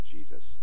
Jesus